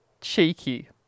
cheeky